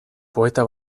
poeta